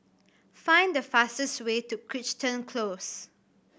find the fastest way to Crichton Close